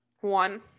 one